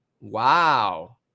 wow